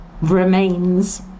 remains